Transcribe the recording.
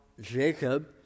Jacob